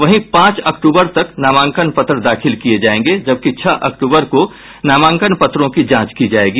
वहीं पांच अक्टूबर तक नामांकन पत्र दाखिल किए जाएंगे जबकि छह अक्टूबर को नामांकन पत्रों की जांच की जाएगी